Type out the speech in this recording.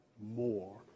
more